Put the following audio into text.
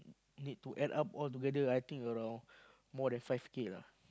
need to add up all together I think around more than five K lah